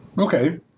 Okay